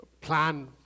plan